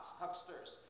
hucksters